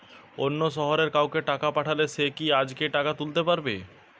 অন্য শহরের কাউকে টাকা পাঠালে সে কি আজকেই টাকা তুলতে পারবে?